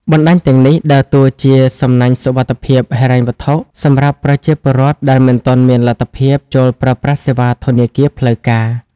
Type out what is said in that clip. បណ្ដាញទាំងនេះដើរតួជា "សំណាញ់សុវត្ថិភាពហិរញ្ញវត្ថុ" សម្រាប់ប្រជាពលរដ្ឋដែលមិនទាន់មានលទ្ធភាពចូលប្រើប្រាស់សេវាធនាគារផ្លូវការ។